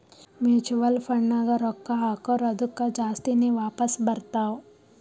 mutual ಫಂಡ್ನಾಗ್ ರೊಕ್ಕಾ ಹಾಕುರ್ ಅದ್ದುಕ ಜಾಸ್ತಿನೇ ವಾಪಾಸ್ ಬರ್ತಾವ್